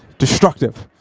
destructive,